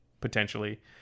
potentially